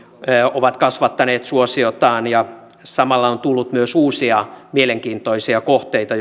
ovat kasvattaneet suosiotaan ja samalla on tullut myös uusia mielenkiintoisia kohteita